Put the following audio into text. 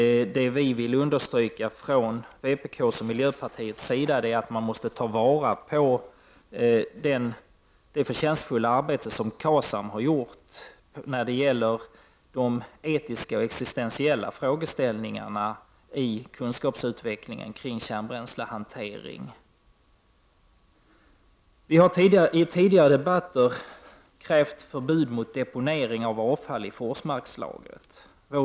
Det vi i vpk och miljöpartiet vill understryka är att man måste ta till vara det förtjänstfulla arbete som KASAM har gjort när det gäller de etiska och existentiella frågeställningarna i kunskapsutvecklingen kring kärnbränslehanteringen. Vi har i tidigare debatter krävt förbud mot deponering av avfall i Forsmarkslagret.